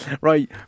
Right